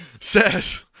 Says